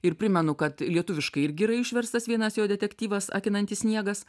ir primenu kad lietuviškai irgi yra išverstas vienas jo detektyvas akinantis sniegas